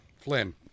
Flynn